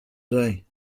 day